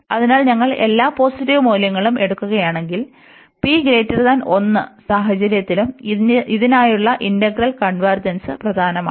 അതിനാൽ ഞങ്ങൾ എല്ലാ പോസിറ്റീവ് മൂല്യങ്ങളും എടുക്കുകയാണെങ്കിൽ p1 സാഹചര്യത്തിലും ഇതിനായുള്ള ഇന്റഗ്രൽ കൺവെർജെൻസ് പ്രധാനമാണ്